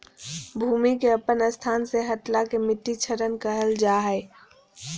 भूमि के अपन स्थान से हटला के मिट्टी क्षरण कहल जा हइ